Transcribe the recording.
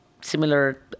similar